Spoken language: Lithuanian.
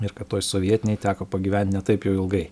ir kad toj sovietinėj teko pagyvent ne taip jau ilgai